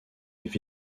est